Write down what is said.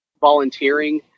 volunteering